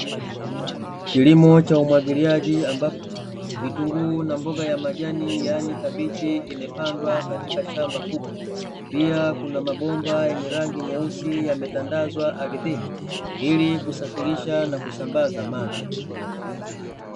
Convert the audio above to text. Kilimo cha umwagiliaji, ambapo vitunguu na mboga ya majani, yaani kabichi imepandwa katika shamba kubwa. Pia kuna mabomba yenye rangi nyeusi yametandazwa ardhini ili kusafirisha na kusambaza maji.